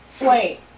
Wait